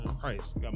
Christ